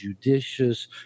judicious